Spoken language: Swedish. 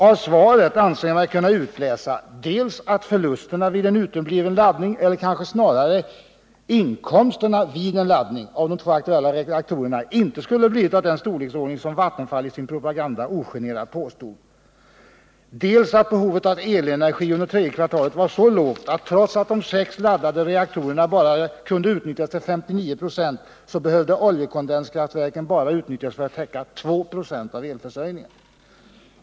Av svaret anser jag mig kunna utläsa dels att förlusterna vid en utebliven laddning eller kanske snarare inkomsterna vid en laddning av de två aktuella reaktorerna inte skulle bli av den storleksordning som Vattenfall i sin propaganda ogenerat påstod, dels att behovet av elenergi under tredje kvartalet var så lågt att trots att de sex laddade reaktorerna bara kunde utnyttjas till 59 96 oljekondenskraftverken bara behövde utnyttjas för att 167 täcka 2 96 av elförsörjningen.